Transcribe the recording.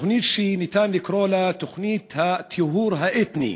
תוכנית שניתן לקרוא לה "תוכנית הטיהור האתני",